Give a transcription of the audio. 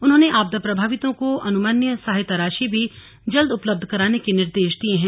उन्होंने आपदा प्रभावितों को अनुमन्य सहायता राशि भी जल्द उपलब्ध कराने के निर्देश दिये हैं